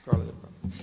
Hvala lijepa.